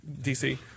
DC